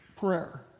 prayer